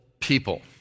People